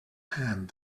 hand